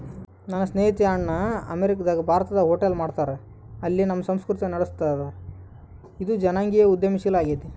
ನನ್ನ ಸ್ನೇಹಿತೆಯ ಅಣ್ಣ ಅಮೇರಿಕಾದಗ ಭಾರತದ ಹೋಟೆಲ್ ಮಾಡ್ತದರ, ಅಲ್ಲಿ ನಮ್ಮ ಸಂಸ್ಕೃತಿನ ನಡುಸ್ತದರ, ಇದು ಜನಾಂಗೀಯ ಉದ್ಯಮಶೀಲ ಆಗೆತೆ